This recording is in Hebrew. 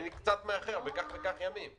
אני מאחר בכך וכך ימים.